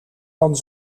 dan